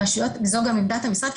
וזאת גם עמדת המשרד,